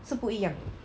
是不一样